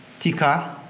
tika,